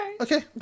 Okay